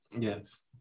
Yes